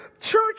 church